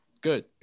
Good